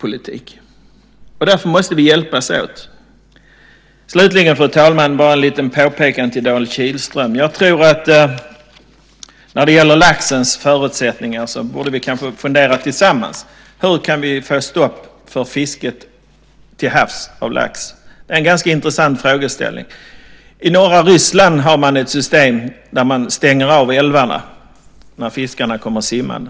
Därför måste vi hjälpas åt. Fru talman! Slutligen har jag ett litet påpekande till Dan Kihlström. När det gäller laxens förutsättningar borde vi kanske tillsammans fundera på hur vi kan få stopp för fisket av lax till havs. Det är en ganska intressant frågeställning. I norra Ryssland har man ett system där man stänger av älvarna när fiskarna kommer simmande.